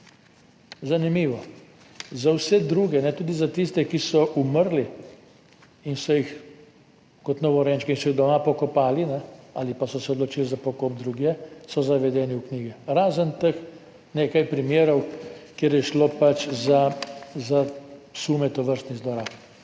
Zanimivo, za vse druge, tudi za tiste, ki so umrli in so jih kot novorojenčke doma pokopali ali pa so se odločili za pokop drugje, so zavedeni v knjigi, razen teh nekaj primerov, kjer je šlo pač za sume tovrstnih zlorab.